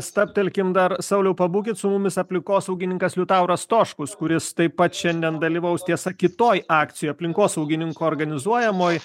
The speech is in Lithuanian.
stabtelkim dar sauliau pabūkit su mumis aplinkosaugininkas liutauras stoškus kuris taip pat šiandien dalyvaus tiesa kitoj akcijoj aplinkosaugininkų organizuojamoj